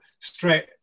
straight